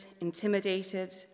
intimidated